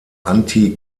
anti